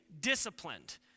disciplined